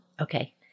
Okay